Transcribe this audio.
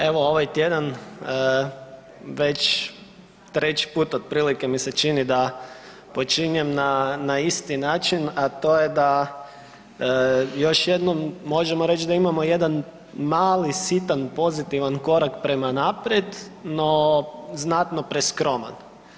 Evo ovaj tjedan već treći put otprilike mi se čini da počinjem na, na isti način, a to je da još jednom možemo reć da imamo jedan mali sitan pozitivan korak prema naprijed, no znatno preskroman.